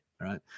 right